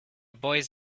boys